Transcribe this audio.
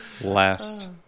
last